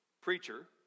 preacher